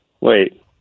Wait